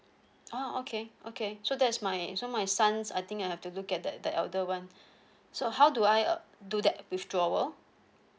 oh okay okay so that's my so my sons I think I have to look at the the elder one so how do I do that with two hour